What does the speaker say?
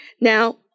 Now